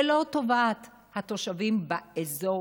ולא טובת התושבים באזור,